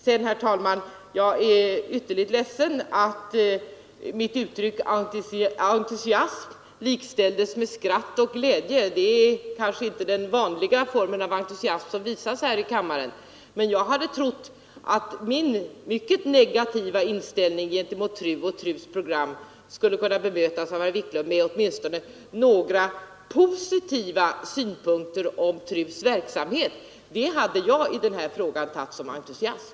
Herr talman! Jag är ytterligt ledsen över att mitt uttryck om entusiasm likställdes med skratt och glädje. Det är kanske inte den vanliga form av entusiasm som visas här i kammaren. Jag hade trott att min mycket negativa inställning mot TRU och dess program av herr Wiklund i Härnösand skulle kunna bemötas med några positiva synpunkter om TRU:s verksamhet. I denna fråga hade jag tagit det som entusiasm.